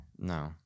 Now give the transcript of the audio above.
No